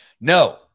No